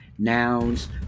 nouns